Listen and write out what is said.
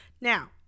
now